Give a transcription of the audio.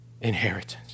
Inheritance